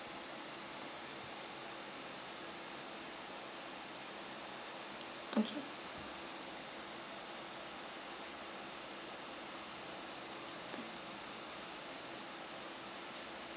okay